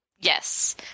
Yes